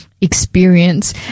experience